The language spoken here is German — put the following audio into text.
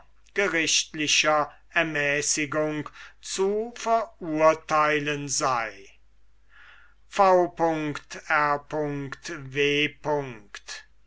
gerichtlicher ermäßigung zu verurteilen sei v